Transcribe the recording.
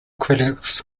critics